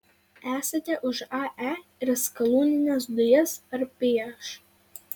esate už ae ir skalūnines dujas ar prieš